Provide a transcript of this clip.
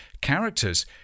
characters